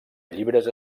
llibres